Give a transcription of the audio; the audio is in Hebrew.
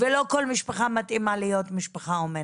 ולא כל משפחה מתאימה להיות משפחה אומנת.